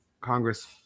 Congress